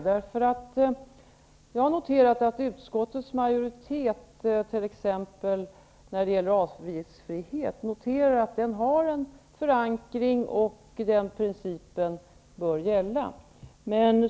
Herr talman! Jag vill ställa en motfråga. Jag har noterat att utskottets majoritet anser att principen om avgiftsfrihet bör gälla.